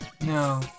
No